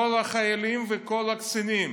כל החיילים וכל הקצינים.